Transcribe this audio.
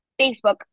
Facebook